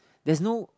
there is no